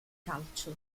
calcio